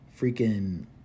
freaking